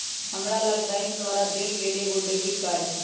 हमरा लग बैंक द्वारा देल गेल एगो डेबिट कार्ड हइ